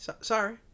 Sorry